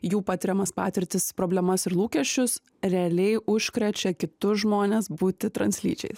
jų patiriamas patirtis problemas ir lūkesčius realiai užkrečia kitus žmones būti translyčiais